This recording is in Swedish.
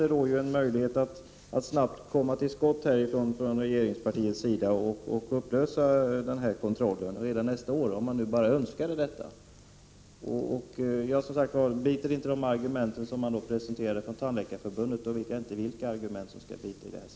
Det finns nu en möjlighet för regeringspartiet att snabbt komma till skott och upplösa denna kontroll redan nästa år om man bara vill. Om inte de argument som Tandläkarförbundet presenterade biter vet jag inte vilka argument som gör det.